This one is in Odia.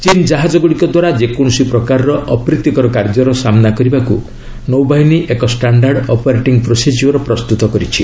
ଚୀନ୍ ଜାହାଜ ଗୁଡ଼ିକ ଦ୍ୱାରା ଯେକୌଣସି ପ୍ରକାରର ଅପ୍ରୀତିକର କାର୍ଯ୍ୟର ସାମ୍ନା କରିବାକୁ ନୌବାହିନୀ ଏକ ଷ୍ଟାଣ୍ଡାର୍ଡ୍ ଅପରେଟିଂ ପ୍ରୋସିଜିଓର ପ୍ରସ୍ତୁତ କରିଛି